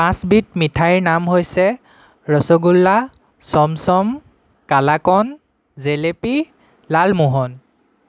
পাঁচবিধ মিঠাইৰ নাম হৈছে ৰসগোল্লা চমচম কালাকন জেলেপি লালমোহন